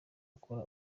akora